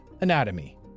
anatomy